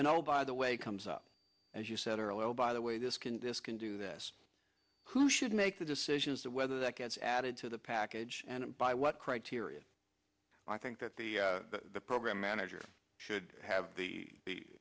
and all by the way comes up as you said earlier by the way this can this can do this who should make the decisions whether that gets added to the package and by what criteria i think that the program manager should have the